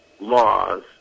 laws